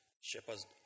shepherds